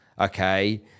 okay